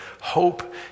Hope